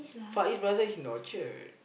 Far-East-Plaza is in Orchard